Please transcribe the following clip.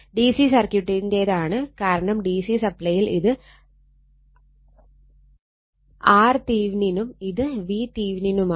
DC സർക്യൂട്ടിന്റെതാണ് കാരണം DC സപ്ലൈയിൽ ഇത് R തീവ്നിനും ഇത് V തീവ്നിനുമാണ്